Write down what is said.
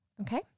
Okay